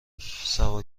سوار